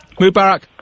Mubarak